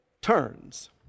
turns